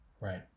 right